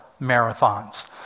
marathons